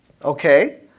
Okay